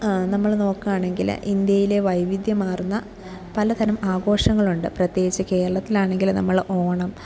നമ്മൾ നോക്കുകയാണെങ്കിൽ ഇന്ത്യയിൽ വൈവിധ്യമാർന്ന പലതരം ആഘോഷങ്ങളുണ്ട് പ്രത്യേകിച്ച് കേരളത്തിലാണെങ്കിൽ നമ്മൾ ഓണം